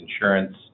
insurance